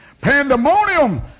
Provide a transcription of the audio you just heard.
Pandemonium